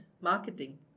marketing